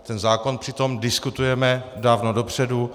Ten zákon přitom diskutujeme dávno dopředu.